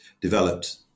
developed